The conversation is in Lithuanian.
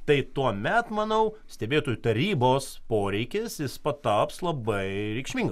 tai tuomet manau stebėtojų tarybos poreikis jis pataps labai reikšmingu